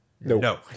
No